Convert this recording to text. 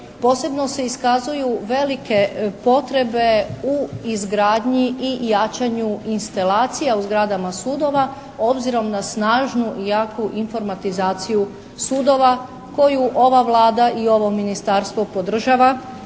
Posebno se iskazuju velike potrebe u izgradnji i jačanju instalacija u zgradama sudova obzirom na snažnu i jaku informatizaciju sudova koju ova Vlada i ovo ministarstvo podržava